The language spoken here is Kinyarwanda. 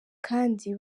kandi